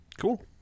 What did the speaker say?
Cool